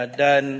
dan